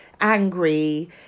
angry